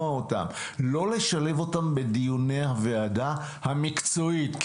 לא לשלב אותם בדיוני הוועדה המקצועית,